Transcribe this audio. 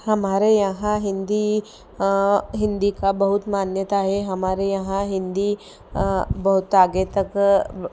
हमारे यहाँ हिंदी हिंदी का बहुत मान्यता है हमारे यहां हिंदी बहुत आगे तक